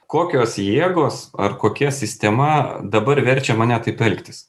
kokios jėgos ar kokia sistema dabar verčia mane taip elgtis